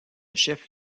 chef